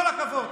כל הכבוד.